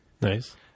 Nice